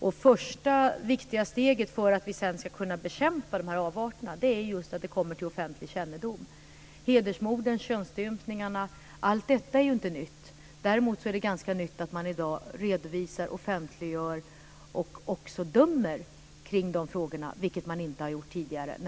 Det första viktiga steget för att vi ska kunna bekämpa avarterna är just att de kommer till offentlig kännedom. Hedersmorden, könsstympningarna - allt detta är ju inte nytt. Däremot är det ganska nytt att man redovisar, offentliggör och dömer i dessa frågor, vilket man inte har gjort tidigare.